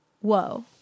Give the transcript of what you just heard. whoa